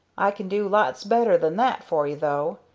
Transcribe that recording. i can do lots better than that for you, though.